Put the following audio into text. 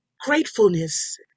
gratefulness